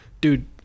Dude